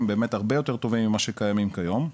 באמת הרבה יותר טובים ממה שקיימים כיום.